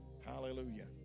Hallelujah